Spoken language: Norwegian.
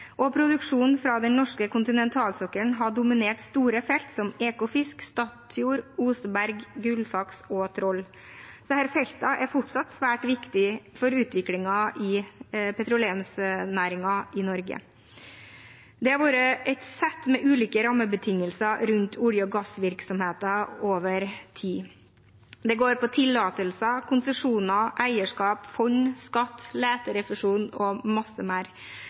og produksjonen fra den norske kontinentalsokkelen har dominert store felt som Ekofisk, Statfjord, Oseberg, Gullfaks og Troll. Disse feltene er fortsatt svært viktige for utviklingen i petroleumsnæringen i Norge. Det har vært et sett med ulike rammebetingelser rundt olje- og gassvirksomheten over tid. Det går på tillatelser, konsesjoner, eierskap, fond, skatt, leterefusjoner og mye mer.